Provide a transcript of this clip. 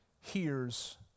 hears